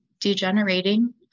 degenerating